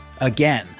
Again